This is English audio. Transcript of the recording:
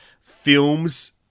films